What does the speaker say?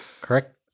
Correct